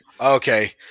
Okay